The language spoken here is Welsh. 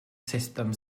sustem